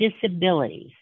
disabilities